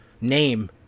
name